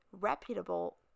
reputable